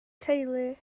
teulu